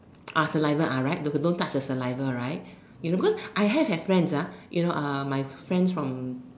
saliva right don't don't touch the saliva right you know because I have have friend you know my friend from